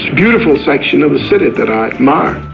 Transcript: beautiful section of the city that i admire.